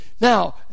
Now